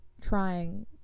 trying